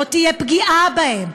לא תהיה פגיעה בהם,